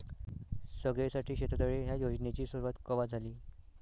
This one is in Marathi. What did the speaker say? सगळ्याइसाठी शेततळे ह्या योजनेची सुरुवात कवा झाली?